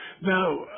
Now